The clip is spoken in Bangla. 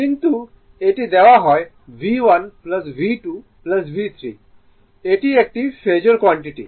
কিন্তু এটা দেওয়া হয় V1 V2 V3 এটি একটি ফেজোর কোয়ান্টিটি